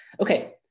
Okay